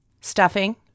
Stuffing